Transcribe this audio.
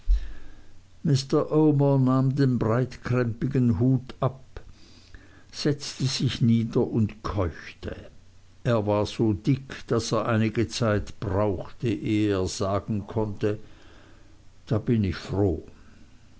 nahm den breitkrempigen hut ab setzte sich nieder und keuchte er war so dick daß er einige zeit brauchte ehe er sagen konnte da bin ich froh